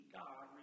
god